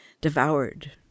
devoured